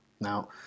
Now